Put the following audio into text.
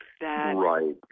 right